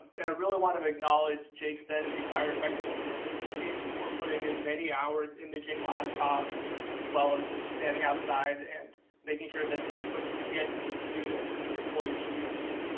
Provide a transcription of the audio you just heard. and i really want to acknowledge jake zent and the entire technical services team for putting in many hours imaging laptops as well as standing outside and making sure that this equipment could get to those students and employees who needed it.